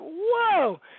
whoa